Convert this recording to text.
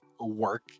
work